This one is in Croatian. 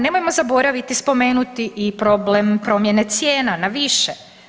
Nemojmo zaboraviti spomenuti i problem promjene cijena na više.